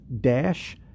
dash